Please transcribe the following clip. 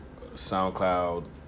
SoundCloud